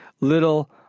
Little